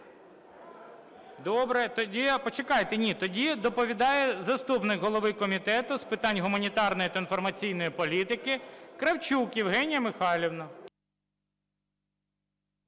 Добре, почекайте, ні. Тоді доповідає заступник голови Комітету з питань гуманітарної та інформаційної політики Кравчук Євгенія Михайлівна.